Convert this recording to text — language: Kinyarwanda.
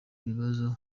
bibaza